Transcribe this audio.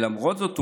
למרות זאת,